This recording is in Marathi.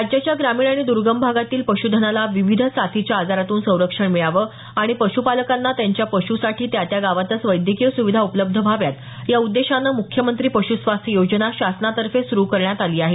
राज्याच्या ग्रामीण आणि दुर्गम भागातील पशुधनाला विविध साथीच्या आजारातून सरक्षण मिळावं आणि पशुपालकांना त्यांच्या पशुसाठी त्या त्या गावातच वैद्यकीय सुविधा उपलब्ध व्हाव्यात या उद्देशानं मुख्यमंत्री पश् स्वास्थ योजना शासनातर्फे सुरु करण्यात आली आहे